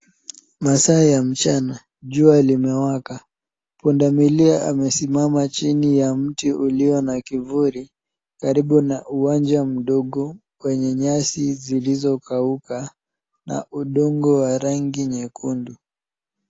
Masaa ya mchana jua limewaka, punda milia amesimama chini ya mti ulio na kivuli karibu na uwanja mdogo wenye nyasi zilizokauka na udongo wa rangi nyekundu.